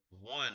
one